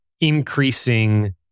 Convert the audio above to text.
increasing